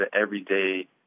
everyday